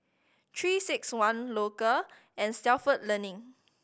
Three Six One Loacker and Stalford Learning